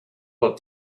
what